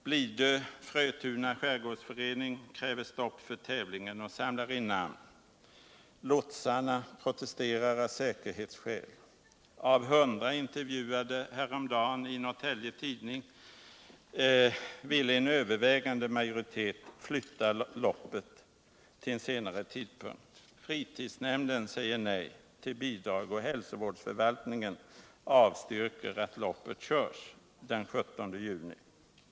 Blidö-Frötuna skärgårdsförening kräver stopp för tävlingen och samlar in namn. Lotsarna protesterar av säkerhetsskäl. Av 100 intervjuade häromdagen i Norrtelje Tidning ville en övervägande majoritet flytta loppet till en senare tidpunkt. Fritidsnämnden säger nej till bidrag, och hälsovårdsförvaltningen i Norrtälje avstyrker att loppet körs den 17 juni.